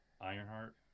Ironheart